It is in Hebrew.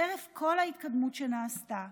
חרף כל ההתקדמות שנעשתה,